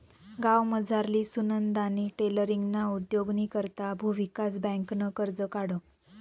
गावमझारली सुनंदानी टेलरींगना उद्योगनी करता भुविकास बँकनं कर्ज काढं